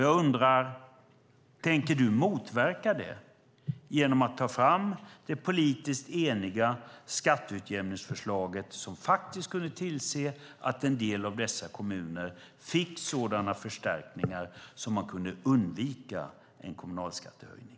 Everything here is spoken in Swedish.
Jag undrar: Tänker du motverka det genom att ta fram det politiskt eniga skatteutjämningsförslag som skulle tillse att en del av dessa kommuner fick sådana förstärkningar att de kunde undvika en kommunalskattehöjning?